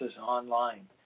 online